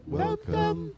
welcome